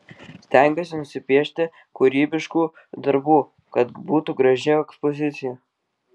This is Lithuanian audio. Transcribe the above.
stengiuosi nusipiešti kūrybiškų darbų kad būtų graži ekspozicija